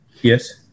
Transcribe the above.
Yes